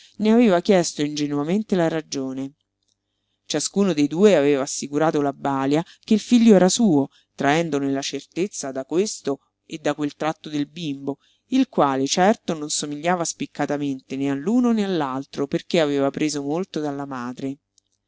ne aveva chiesto ingenuamente la ragione ciascuno dei due aveva assicurato la balia che il figlio era suo traendone la certezza da questo e da quel tratto del bimbo il quale certo non somigliava spiccatamente né all'uno né all'altro perché aveva preso molto dalla madre